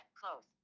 close